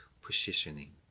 positioning